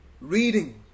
reading